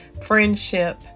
friendship